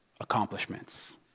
accomplishments